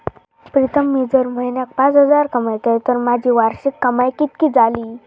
प्रीतम मी जर म्हयन्याक पाच हजार कमयतय तर माझी वार्षिक कमाय कितकी जाली?